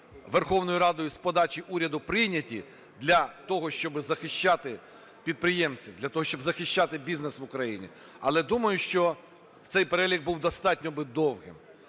Верховною Радою з подачі уряду прийняті для того, щоб захищати підприємців, для того, щоб захищати бізнес в Україні. Але, думаю, що цей перелік був достатньо би довгим.